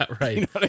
Right